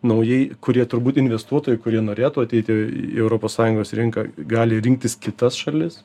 naujai kurie turbūt investuotojai kurie norėtų ateiti į europos sąjungos rinką gali rinktis kitas šalis